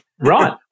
Right